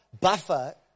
buffer